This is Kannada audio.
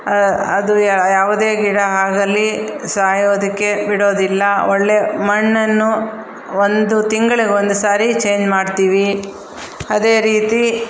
ಅದು ಯಾ ಯಾವುದೇ ಗಿಡ ಆಗಲಿ ಸಾಯೋದಕ್ಕೆ ಬಿಡೋದಿಲ್ಲ ಒಳ್ಳೆಯ ಮಣ್ಣನ್ನು ಒಂದು ತಿಂಗ್ಳಿಗೆ ಒಂದು ಸಾರಿ ಚೇಂಜ್ ಮಾಡ್ತೀವಿ ಅದೇ ರೀತಿ